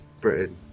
Britain